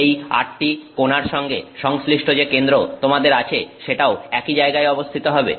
এই 8টি কোনার সঙ্গে সংশ্লিষ্ট যে কেন্দ্রটি তোমাদের আছে সেটাও একই জায়গায় অবস্থিত হবে